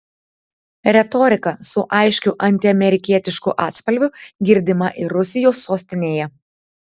retorika su aiškiu antiamerikietišku atspalviu girdima ir rusijos sostinėje